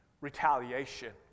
retaliation